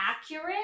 accurate